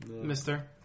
mister